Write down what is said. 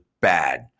bad